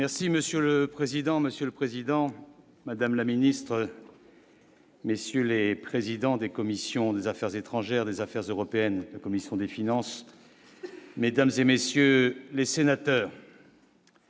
Merci monsieur le président, Monsieur le Président, Madame la ministre. Messieurs les présidents des commissions des Affaires étrangères des affaires européennes, la commission des finances, mesdames et messieurs les sénateurs.